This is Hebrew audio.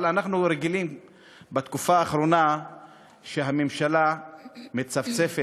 אבל אנחנו רגילים בתקופה האחרונה שהממשלה מצפצפת